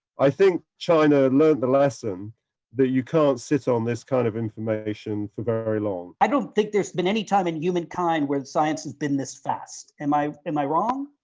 i think china learnt the lesson that you can't sit on this kind of information for very long. i don't think there's been any time in humankind where the science has been this fast. am i am i wrong?